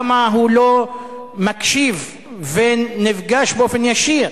למה הוא לא מקשיב ונפגש באופן ישיר